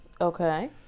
Okay